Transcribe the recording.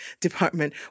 department